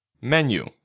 Menu